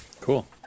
Cool